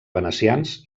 venecians